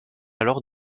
alors